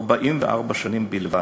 44 שנים בלבד,